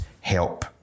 help